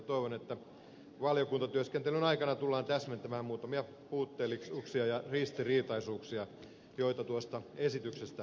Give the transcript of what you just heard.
toivon että valiokuntatyöskentelyn aikana tullaan täsmentämään muutamia puutteellisuuksia ja ristiriitaisuuksia joita tuosta esityksestä löytyy